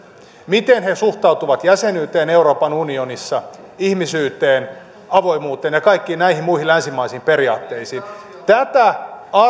miten he suhtautuvat jäsenyyteen euroopan unionissa ihmisyyteen avoimuuteen ja ja kaikkiin näihin muihin länsimaisiin periaatteisiin tätä